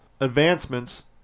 advancements